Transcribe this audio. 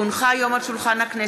כי הונחו היום על שולחן הכנסת,